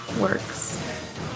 works